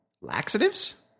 laxatives